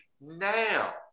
now